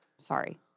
Sorry